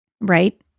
right